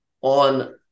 on